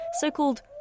so-called